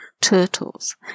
turtles